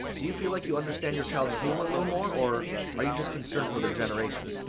do you feel like you understand your child's humor a little more, or are you just concerned for their generation?